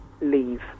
leave